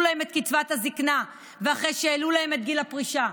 להן את קצבת הזקנה ואחרי שהעלו להן את גיל הפרישה.